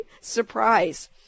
surprise